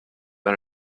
run